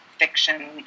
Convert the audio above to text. Fiction